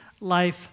life